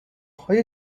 های